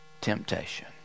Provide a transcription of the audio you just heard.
temptation